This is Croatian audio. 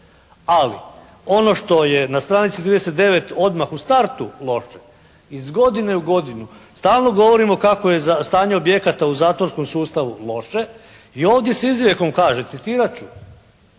Ali ono što je na stranici 39 odmah u startu loše, iz godine u godinu stalno govorimo kako je stanje objekata u zatvorskom sustavu loše i ovdje se izrijekom kaže, citirat